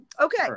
okay